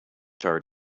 tart